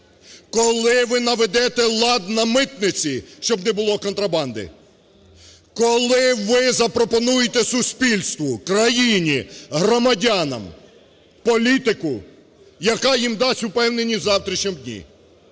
Коли ви наведете лад на митниці, щоб не було контрабанди? Коли ви запропонуєте суспільству, країні, громадянам політику, яка їм дасть впевненість в завтрашньому